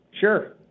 Sure